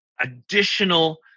additional